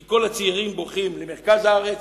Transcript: כי כל הצעירים בורחים למרכז הארץ.